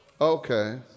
Okay